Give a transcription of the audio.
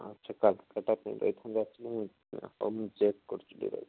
ଆଚ୍ଛା କୋଲକାତା ପାଇଁ ଯାଇଥାନ୍ତେ ହଉ ମୁଁ ଚେକ୍ କରୁଛି ଟିକିଏ